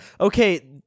okay